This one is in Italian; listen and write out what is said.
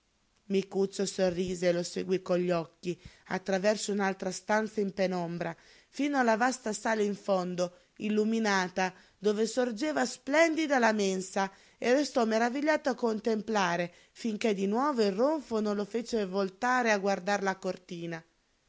e va bene micuccio sorrise e lo seguí con gli occhi attraverso un'altra stanza in penombra fino alla vasta sala in fondo illuminata dove sorgeva splendida la mensa e restò meravigliato a contemplare finché di nuovo il ronfo non lo fece voltare a guardar la cortina